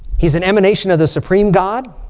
he's an emanation of the supreme god.